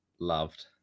loved